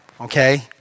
okay